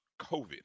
covid